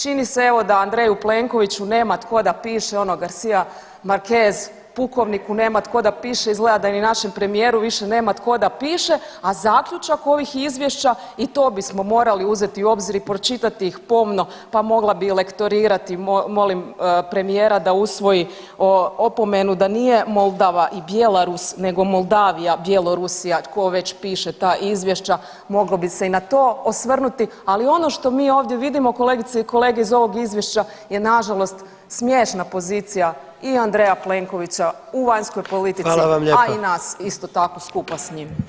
Čini se evo da Andreju Plenkoviću nema tko da piše, ono Garcia Marquez „Pukovniku nema tko da piše“, izgleda da ni našem premijeru više nema tko da piše, a zaključak ovih izvješća i to bismo morali uzeti u obzir i pročitati ih pomno, pa mogla bi i lektorirati, molim premijera da usvoji opomenu da nije Moldava i Bjelarus nego Moldavija i Bjelorusija tko već piše ta izvješća moglo bi se i na to osvrnuti, ali ono što mi ovdje vidimo kolegice i kolege iz ovog izvješća je nažalost smiješna pozicija i Andreja Plenkovića u vanjskoj politici, a i nas isto tako skupa s njim.